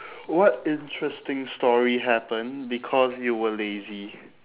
what interesting story happened because you were lazy